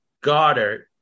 Goddard